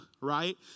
right